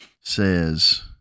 says